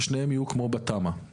ששניהם יהיו כמו בתמ"א,